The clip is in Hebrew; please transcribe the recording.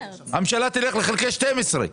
הממשלה תלך לחלקי 12,